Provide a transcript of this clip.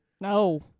No